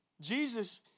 Jesus